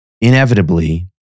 inevitably